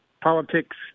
politics